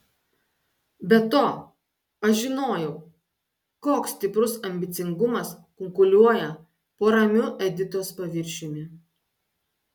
be to aš žinojau koks stiprus ambicingumas kunkuliuoja po ramiu editos paviršiumi